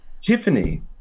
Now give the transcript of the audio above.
Tiffany